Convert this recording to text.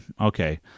okay